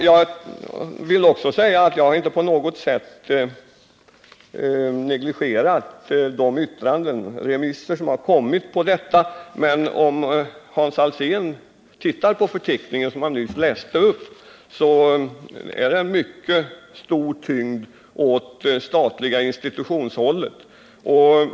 Jag vill också säga att jag inte på något sätt har negligerat remissyttrandena, men om Hans Alsén tittar närmare på den förteckning som han nyss läste upp finner han där en mycket stor tyngd åt de statliga institutionerna.